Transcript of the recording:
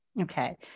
Okay